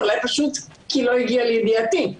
אולי פשוט כי לא הגיע לידיעתי.